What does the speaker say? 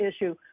issue